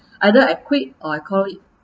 either I quit or I call it